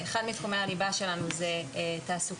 אחד מתחומי הליבה שלנו זה תעסוקה,